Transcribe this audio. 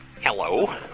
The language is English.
Hello